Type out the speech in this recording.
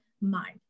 mind